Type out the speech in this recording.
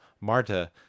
marta